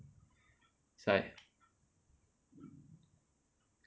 sorry